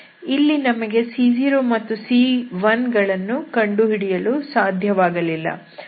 ಇಲ್ಲಿ ನಮಗೆ c0 ಮತ್ತು c1 ಗಳನ್ನು ಕಂಡುಹಿಡಿಯಲು ಸಾಧ್ಯವಾಗಲಿಲ್ಲ